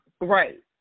right